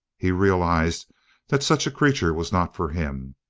he realized that such a creature was not for him,